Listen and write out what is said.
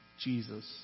Jesus